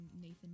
nathan